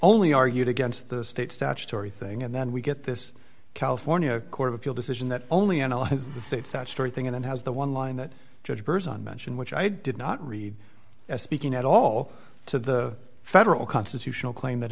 only argued against the state statutory thing and then we get this california court of appeal decision that only analyze the states that story thing and it has the one line that judge birds on mention which i did not read as speaking at all to the federal constitutional claim that